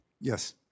Yes